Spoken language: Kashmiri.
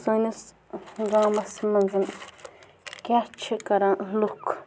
سٲنِس گامَس منٛز کیٛاہ چھِ کَران لُکھ